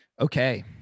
Okay